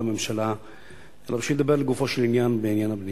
הממשלה אלא בשביל לדבר לגופו של עניין בעניין הבנייה.